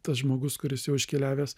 tas žmogus kuris jau iškeliavęs